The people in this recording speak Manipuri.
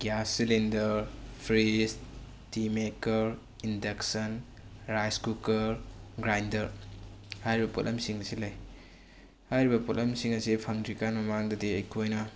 gas cylinder fridge tea maker induction rice cooker grinder ꯍꯥꯏꯔꯤꯕ ꯄꯣꯠꯂꯝꯁꯤꯡ ꯑꯁꯤ ꯂꯩ ꯍꯥꯏꯔꯤꯕ ꯄꯣꯠꯂꯝꯁꯤꯡ ꯑꯁꯤ ꯐꯪꯗ꯭ꯔꯤꯀꯥꯟ ꯃꯃꯥꯡꯗꯗꯤ ꯑꯩꯈꯣꯏꯅ